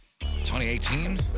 2018